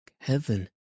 heaven